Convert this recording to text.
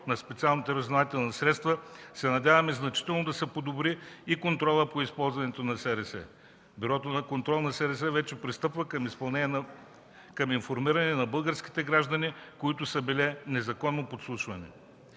на специалните разузнавателни средства се надяваме значително да се подобри и контролът по използването на СРС. Бюрото за контрол на СРС вече пристъпва към информиране на българските граждани, които са били незаконно подслушвани.